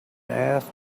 asked